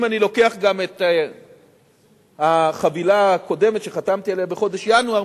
אם אני לוקח גם את החבילה הקודמת שחתמתי עליה בחודש ינואר,